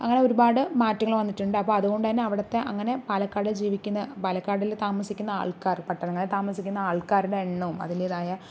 അങ്ങനെ ഒരുപാട് മാറ്റങ്ങൾ വന്നിട്ടുണ്ട് അപ്പോൾ അതുകൊണ്ട് തന്നെ അവിടുത്തെ അങ്ങനെ പാലക്കാട് ജീവിക്കുന്ന പാലക്കാട്ല് താമസിക്കുന്ന ആൾക്കാർ പട്ടണങ്ങളിൽ താമസിക്കുന്ന ആൾക്കാരുടെ എണ്ണവും അതിൻ്റേതായ